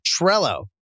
Trello